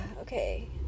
Okay